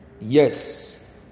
Yes